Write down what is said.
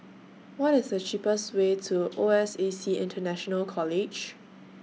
What IS The cheapest Way to O S A C International College